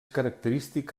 característic